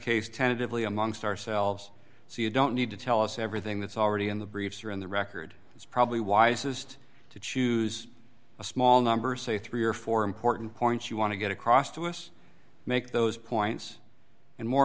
case tentatively amongst ourselves so you don't need to tell us everything that's already in the briefs or in the record it's probably wisest to choose a small number say three or four important points you want to get across to us make those points and more